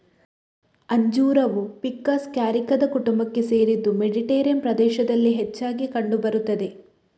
ಅಂಜೂರವು ficus ಕ್ಯಾರಿಕಾದ ಕುಟುಂಬಕ್ಕೆ ಸೇರಿದ್ದು ಮೆಡಿಟೇರಿಯನ್ ಪ್ರದೇಶದಲ್ಲಿ ಹೆಚ್ಚಾಗಿ ಕಂಡು ಬರುತ್ತದೆ